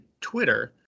Twitter